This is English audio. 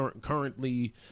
currently